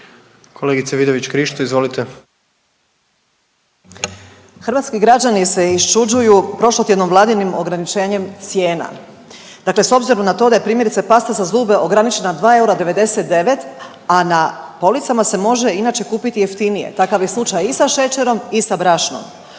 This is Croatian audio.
Hrvatski građani se iščuđuju prošlotjednim Vladinim ograničenjem cijena. Dakle, s obzirom na to da je primjerice pasta za zube ograničena na 2,99 eura, a na policama se može inače kupiti jeftinije. Takav je slučaj i sa šećerom i sa brašnom.